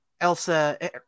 Elsa